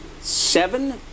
Seven